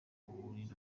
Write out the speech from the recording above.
umubiri